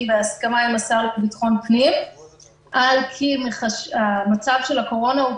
בהסכמה עם השר לביטחון פנים על כי מצב הקורונה הוא